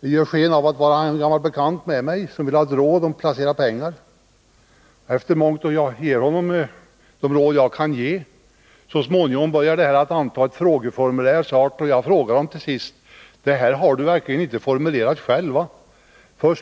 och gör sken av att vara en bekant som vill ha råd när det gäller att placera pengar. Jag gav honom då de råd som jag kunde ge. Så småningom började det hela att verka frågeformulär, varför jag till sist frågade honom: Det här har du verkligen inte formulerat själv, eller hur?